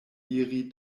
iri